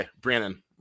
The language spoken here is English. Brandon